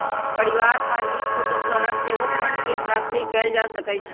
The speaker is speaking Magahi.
परिवार आ हित कुटूम द्वारा सेहो फंडके प्राप्ति कएल जा सकइ छइ